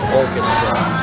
orchestra